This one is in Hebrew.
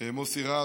מוסי רז,